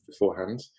beforehand